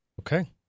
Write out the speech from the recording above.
Okay